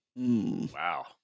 Wow